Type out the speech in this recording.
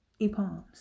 Epalms